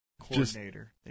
Coordinator